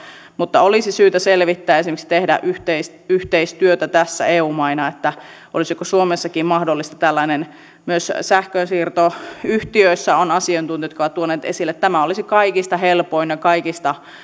mutta olisi syytä selvittää ja esimerkiksi tehdä yhteistyötä tässä eu maina että olisiko suomessakin mahdollista tällainen myös sähkönsiirtoyhtiöissä on asiantuntijoita jotka ovat tuoneet tämän esille tämä olisi kaikista helpoin ja itse asiassa